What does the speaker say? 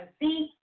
See